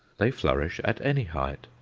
they flourish at any height,